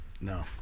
no